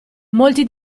molti